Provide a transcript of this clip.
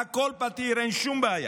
הכול פתיר, אין שום בעיה.